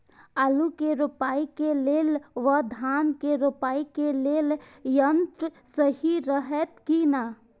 आलु के रोपाई के लेल व धान के रोपाई के लेल यन्त्र सहि रहैत कि ना?